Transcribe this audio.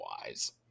wise